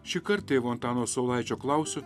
šįkart tėvo antano saulaičio klausiu